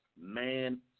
man